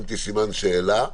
שמתי סימן שאלה,